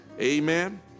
amen